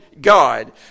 God